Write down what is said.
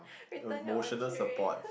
emotional support